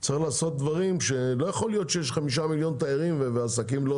צריך לעשות דברים לא יכול להיות שיש 5 מיליון תיירים והעסקים לא